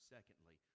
Secondly